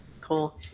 Cool